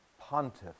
pontiff